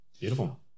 Beautiful